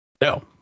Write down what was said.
No